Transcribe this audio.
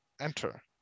Enter